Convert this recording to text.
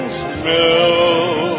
smell